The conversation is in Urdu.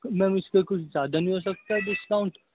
میم اس پہ کچھ زیادہ نہیں ہو سکتا ڈسکاؤنٹ